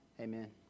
Amen